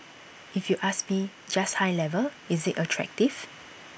if you ask me just high level is IT attractive